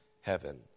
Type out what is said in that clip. heaven